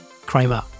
Kramer